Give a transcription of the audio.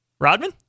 Rodman